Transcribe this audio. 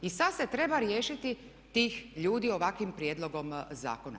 I sada se treba riješiti tih ljudi ovakvim prijedlogom zakona.